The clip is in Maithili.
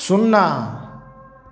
सुन्ना